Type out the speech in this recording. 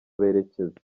berekeza